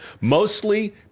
Mostly